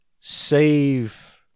save